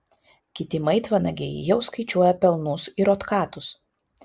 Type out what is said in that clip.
kiti maitvanagiai jau skaičiuoja pelnus ir otkatus